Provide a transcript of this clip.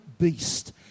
beast